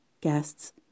guests